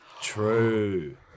True